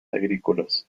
agrícolas